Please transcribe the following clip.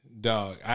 Dog